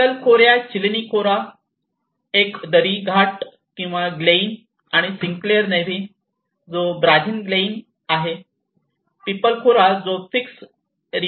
पिथलखोरया चिलीनी खोरा Pithalkhoraya ChiLeni Khora एक दरी घाट किंवा ग्लेइन आणि सिन्क्लेअर लेव्ही जो ब्राझिन ग्लेइन आहे पीपल खोरा जो फिकस रिमिओसा आहे